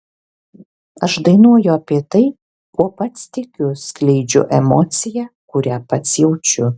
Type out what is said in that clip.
aš dainuoju apie tai kuo pats tikiu skleidžiu emociją kurią pats jaučiu